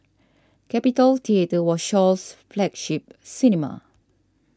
Capitol Theatre was Shaw's flagship cinema